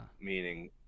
Meaning